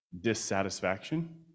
dissatisfaction